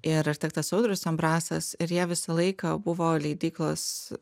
ir architektas audrius ambrasas ir jie visą laiką buvo leidyklos